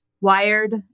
Wired